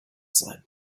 sein